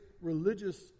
religious